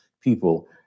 people